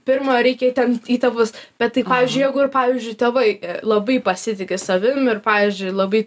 pirma reikia ten į tėvus bet tai pavyzdžiui jeigu ir pavyzdžiui tėvai labai pasitiki savim ir pavyzdžiui labai